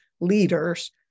leaders